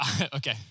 okay